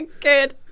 good